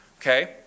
okay